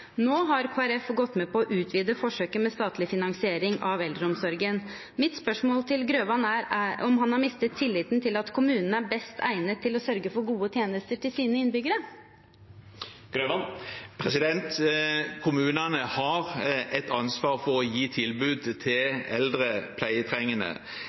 Nå har Kristelig Folkeparti gått med på å utvide forsøket med statlig finansiering av eldreomsorgen. Mitt spørsmål til Grøvan er om han har mistet tilliten til at kommunene er best egnet til å sørge for gode tjenester til sine innbyggere. Kommunene har et ansvar for å gi tilbud